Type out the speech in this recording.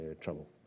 trouble